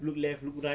look left look right